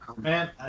Man